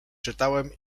czytałem